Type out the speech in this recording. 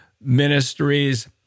Ministries